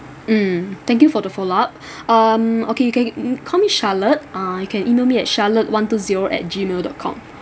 mm thank you for the follow up um okay you can call me charlotte uh you can email me at charlotte one two zero at gmail dot com